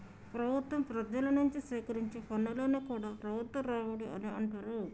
ప్రభుత్వం ప్రజల నుంచి సేకరించే పన్నులను కూడా ప్రభుత్వ రాబడి అనే అంటరు